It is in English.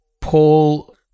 Paul